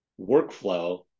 workflow